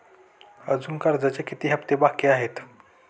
अजुन कर्जाचे किती हप्ते बाकी आहेत?